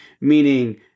meaning